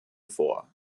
vor